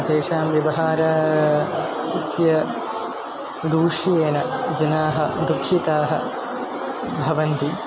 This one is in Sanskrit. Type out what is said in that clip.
तेषां व्यवहारस्य दूष्येण जनाः दुःखिताः भवन्ति